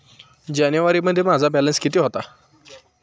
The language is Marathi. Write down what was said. जानेवारीमध्ये माझा बॅलन्स किती होता?